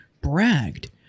bragged